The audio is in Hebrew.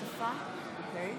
מצביע יועז הנדל,